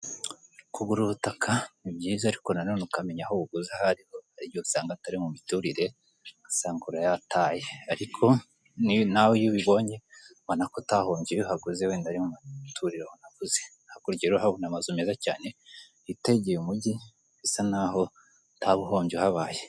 Kugura ubutaka nibyiza ariko nanone ukamenya aho ubuguze aho ariho hari igihe usanga atari mu miturire ugasanga urayahataye ariko nawe iyo ubibonye ubona ko utahombye iyo uhaguze wenda ari mu miturire wanaguze ahakurikiyeho uhabona amazu meza cyane yitegeye umujyi bisa naho utaba uhombye uhabaye.